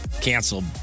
Canceled